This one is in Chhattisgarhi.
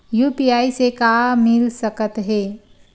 यू.पी.आई से का मिल सकत हे?